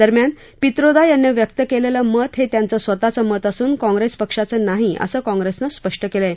दरम्यान पित्रोदा यांनी व्यक्त केलेलं मत हे त्यांचं स्वतःचं मत असून काँग्रेस पक्षाचं नाही असं काँग्रेसनं स्पष्ट केलं आहे